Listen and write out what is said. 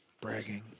bragging